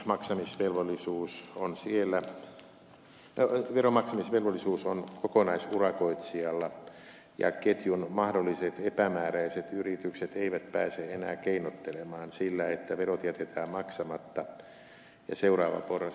käänteisessä arvonlisäverovelvollisuudessa veronmaksamisvelvollisuus on kokonaisurakoitsijalla ja ketjun mahdolliset epämääräiset yritykset eivät pääse enää keinottelemaan sillä että verot jätetään maksamatta ja seuraava porras kuitenkin tekee vähennyksen